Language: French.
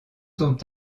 sont